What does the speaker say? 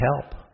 help